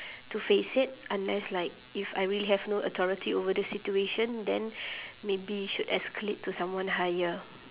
to face it unless like if I really have no authority over this situation then maybe should escalate to someone higher